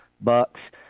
Bucks